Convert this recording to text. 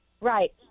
Right